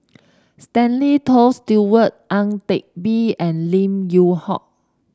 Stanley Toft Stewart Ang Teck Bee and Lim Yew Hock